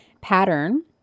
pattern